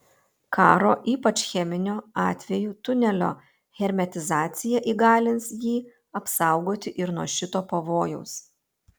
karo ypač cheminio atveju tunelio hermetizacija įgalins jį apsaugoti ir nuo šito pavojaus